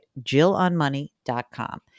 jillonmoney.com